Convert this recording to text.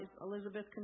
Elizabeth